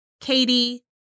Katie